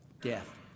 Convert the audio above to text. death